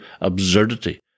absurdity